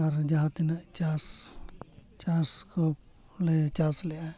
ᱟᱨ ᱡᱟᱦᱟᱸ ᱛᱤᱱᱟᱹᱜ ᱪᱟᱥ ᱪᱟᱥ ᱠᱚᱞᱮ ᱪᱟᱥ ᱞᱮᱜᱼᱟ